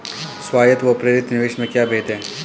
स्वायत्त व प्रेरित निवेश में क्या भेद है?